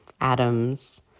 atoms